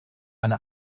eine